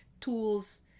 tools